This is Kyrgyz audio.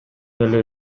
эле